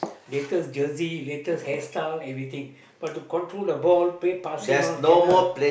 latest jersey latest hairstyle everything but to control the ball play passing all cannot